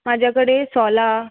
म्हाज्या कडेन सोलां